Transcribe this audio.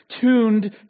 tuned